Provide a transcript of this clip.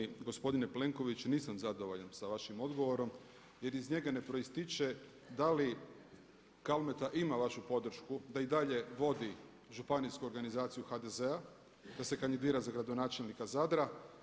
Pa uvaženi gospodine Plenković nisam zadovoljan sa vašim odgovorom jer iz njega ne proističe da li Kalmeta ima vašu podršku da i dalje vodi županijsku organizaciju HDZ-a, da se kandidira za gradonačelnika Zadra.